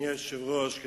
אדוני היושב-ראש,